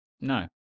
no